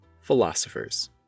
philosophers